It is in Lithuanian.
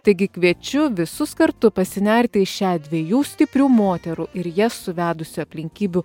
taigi kviečiu visus kartu pasinerti į šią dviejų stiprių moterų ir jas suvedusių aplinkybių